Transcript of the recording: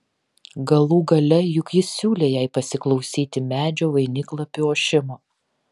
galų gale juk jis siūlė jai pasiklausyti medžio vainiklapių ošimo